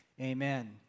amen